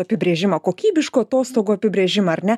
apibrėžimą kokybiškų atostogų apibrėžimą ar ne